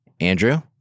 Andrew